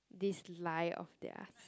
this lie of theirs